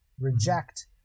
reject